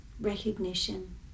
recognition